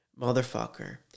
motherfucker